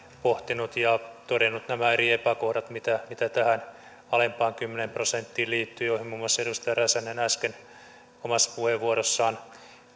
pohtinut ja todennut nämä eri epäkohdat mitä mitä tähän alempaan kymmeneen prosenttiin liittyy joihin muun muassa edustaja räsänen äsken omassa puheenvuorossaan